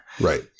Right